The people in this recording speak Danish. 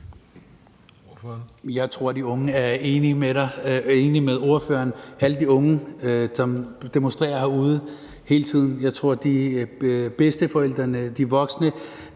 Jeg tror, at de unge er uenige med ordføreren – alle de unge, som demonstrerer herude hele tiden. Jeg tror, at bedsteforældrene, de voksne,